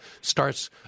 starts